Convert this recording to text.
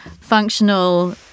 functional